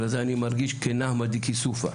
אני מרגש נהמא דכיסופא,